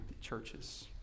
churches